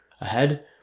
ahead